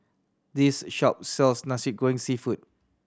this shop sells Nasi Goreng Seafood